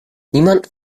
niemand